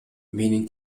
менин